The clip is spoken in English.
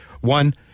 One